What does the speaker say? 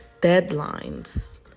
deadlines